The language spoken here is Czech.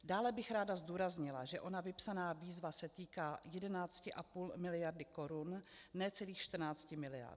Dále bych ráda zdůraznila, že ona vypsaná výzva se týká 11,5 miliardy korun, ne celých 14 miliard.